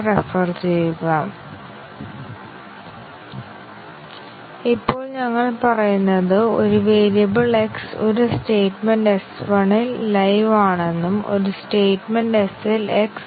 മക്കേബിന്റെ cyclomatic മെട്രിക്കിനെക്കുറിച്ച് McCabe's Cyclomatic Metric ഞങ്ങൾക്ക് ഈ ധാരണയുണ്ട് ഒരു കൺട്രോൾ ഫ്ലോ ഗ്രാഫ് നൽകിയാൽ കണക്കുകൂട്ടാൻ സൈക്ലോമാറ്റിക് മെട്രിക് വളരെ എളുപ്പമാണ്